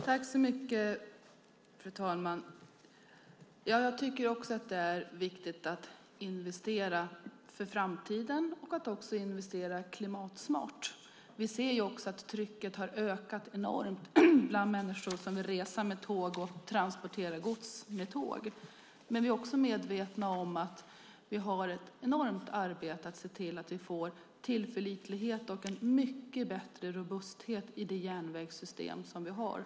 Fru talman! Jag tycker också att det är viktigt att investera för framtiden och att investera klimatsmart. Vi ser att trycket har ökat enormt bland människor som vill resa med tåg och transportera gods med tåg. Men vi är medvetna om att det är ett enormt arbete att se till att vi får tillförlitlighet och en mycket bättre robusthet i det järnvägssystem som vi har.